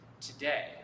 Today